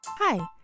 Hi